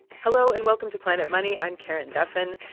hello, and welcome to planet money. i'm karen duffin.